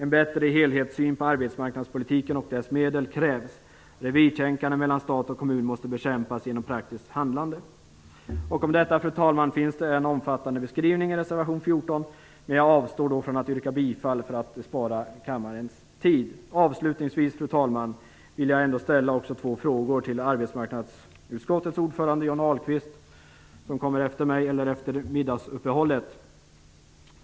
En bättre helhetssyn på arbetsmarknadspolitiken och dess medel krävs. Revirtänkande mellan stat och kommun måste bekämpas genom praktiskt handlande. Fru talman! Om detta finns det en omfattande beskrivning i reservation 14. Jag avstår ifrån att yrka bifall till den för att spara kammarens tid. Avslutningsvis vill jag ställa några frågor till arbetsmarknadsutskottets ordförande Johnny Ahlqvist, som skall tala efter middagsuppehållet.